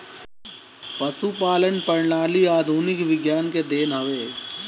पशुपालन प्रणाली आधुनिक विज्ञान के देन हवे